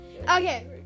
Okay